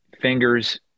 fingers